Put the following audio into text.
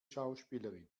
schauspielerin